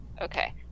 Okay